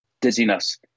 dizziness